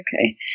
Okay